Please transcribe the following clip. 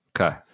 Okay